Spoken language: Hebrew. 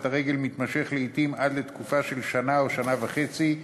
הרגל מתמשך לעתים עד לתקופה של שנה או שנה וחצי.